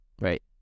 Right